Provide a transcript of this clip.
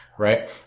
Right